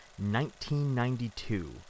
1992